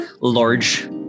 large